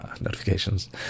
notifications